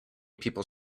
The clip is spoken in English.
people